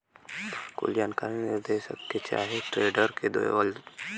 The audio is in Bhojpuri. कुल जानकारी निदेशक के चाहे ट्रेडर के देवलन